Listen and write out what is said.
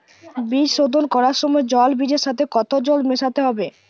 বীজ শোধন করার সময় জল বীজের সাথে কতো জল মেশাতে হবে?